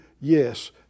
yes